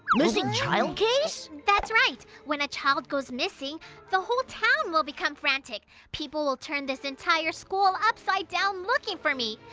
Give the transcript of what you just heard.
missing child case? that's right! when a child goes missing the whole town will become frantic! people will turn this entire school upside down looking for me.